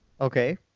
Okay